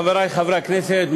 חברי חברי הכנסת,